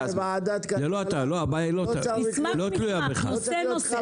נושא נושא,